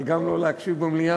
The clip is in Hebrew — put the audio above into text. אבל גם לא להקשיב במליאה?